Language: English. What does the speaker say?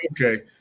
Okay